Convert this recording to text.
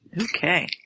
Okay